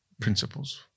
principles